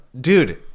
dude